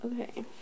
okay